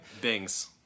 Bings